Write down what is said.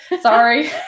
Sorry